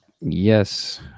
Yes